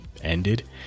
ended